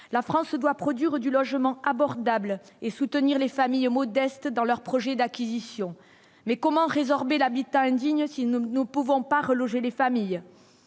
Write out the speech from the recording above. la France doit produire du logement abordable et soutenir les familles modestes dans leurs projets d'acquisition, mais comment résorber l'habitat indigne, si nous ne nous pouvons pas reloger les familles :